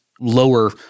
lower